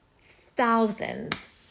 thousands